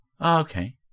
okay